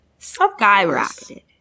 skyrocketed